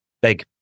Big